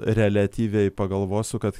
reliatyviai pagalvosiu kad